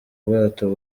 ubwato